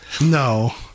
No